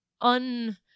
un